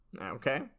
Okay